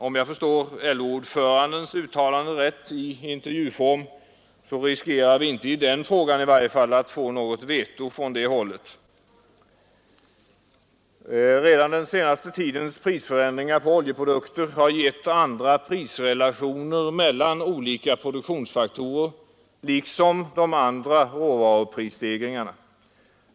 Om jag förstår LO-ordförandens uttalanden i intervjuform rätt riskerar vi i varje fall inte i den frågan att få något veto från det hållet. Redan den senaste tidens prisförändringar på oljeprodukter har liksom de andra råvaruprisstegringarna medfört andra prisrelationer mellan olika produktionsfaktorer.